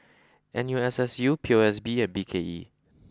N U S S U P O S B and B K E